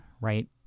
right